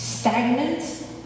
stagnant